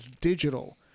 digital